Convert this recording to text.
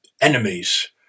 enemies